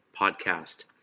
podcast